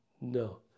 no